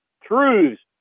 truths